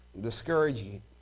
discouraging